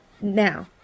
now